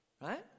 Right